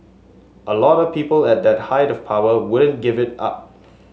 a lot of people at that height of power wouldn't give it up